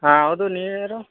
ಹಾಂ ಹೌದು ನೀವ್ಯಾರು